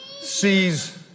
sees